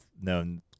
known